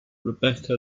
rebecca